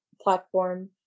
platform